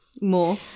more